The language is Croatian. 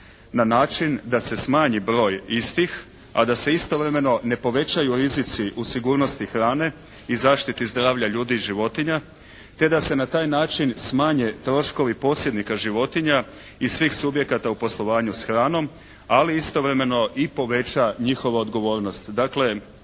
Na način da se smanji broj istih a da se istovremeno ne povećaju rizici u sigurnosti hrane i zaštiti zdravlja ljudi i životinja. Te da se na taj način smanje troškovi posjednika životinja i svih subjekata u poslovanju s hranom, ali istovremeno i poveća njihova odgovornost.